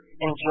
enjoy